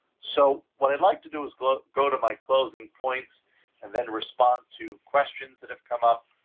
so what i'd like to do is go ah go to my closing points and then respond to questions that have come up,